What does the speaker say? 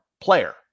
player